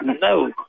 no